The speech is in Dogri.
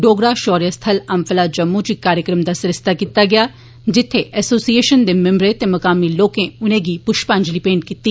डोगरा शौर्य स्थल अम्बफला जम्मू च इक कार्यक्रम दा सरिस्ता कीता गेआ जित्थै एसोसिएशन दे मिम्बरें ते मकामी लोकें उनेंगी पुष्पांजलि भेंट कीती